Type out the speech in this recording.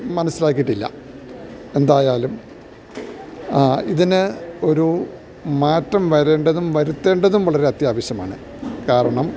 മനസ്സിലാക്കിയിട്ടില്ല എന്തായാലും ഇതിന് ഒരു മാറ്റം വരേണ്ടതും വരുത്തേണ്ടതും വളരെ അത്യാവശ്യമാണ് കാരണം